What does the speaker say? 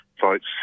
votes